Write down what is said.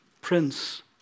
Prince